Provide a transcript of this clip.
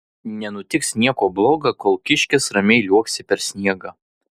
nenutiks nieko bloga kol kiškis ramiai liuoksi per sniegą